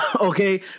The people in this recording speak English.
okay